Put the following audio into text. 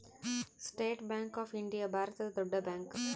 state bank of India ಭಾರತದ ದೊಡ್ಡ bank